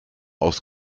aus